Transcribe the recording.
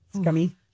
scummy